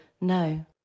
no